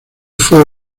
fue